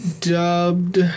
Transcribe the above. dubbed